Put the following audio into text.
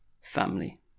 family